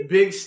Big